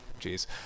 jeez